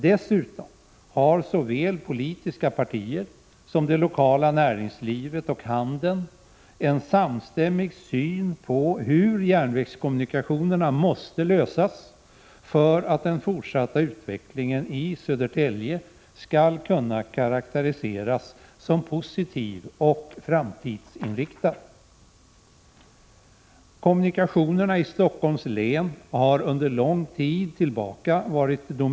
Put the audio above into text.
Dessutom har såväl de politiska partierna som det lokala näringslivet och handeln en samstämmig syn på hur järnvägskommunikationerna måste lösas för att den fortsatta utvecklingen i Södertälje skall kunna karakteriseras som positiv och framtidsinriktad. Kommunikationerna i Stockholms län har sedan lång tid tillbaka varit — Prot.